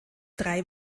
drei